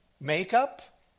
makeup